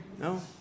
No